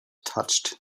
touched